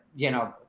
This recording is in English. you know,